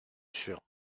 sûre